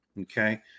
okay